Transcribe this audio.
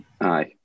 aye